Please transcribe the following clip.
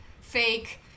fake